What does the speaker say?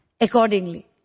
accordingly